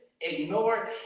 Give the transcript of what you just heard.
ignore